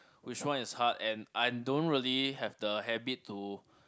which one is hard and I don't really have the habit to